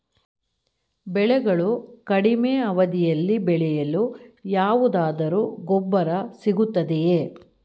ಬೆಳೆಗಳು ಕಡಿಮೆ ಅವಧಿಯಲ್ಲಿ ಬೆಳೆಯಲು ಯಾವುದಾದರು ಗೊಬ್ಬರ ಸಿಗುತ್ತದೆಯೇ?